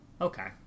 Okay